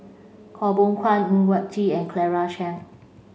Khaw Boon Wan Ng Yak Whee and Claire Chiang